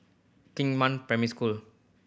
Xingnan Primary School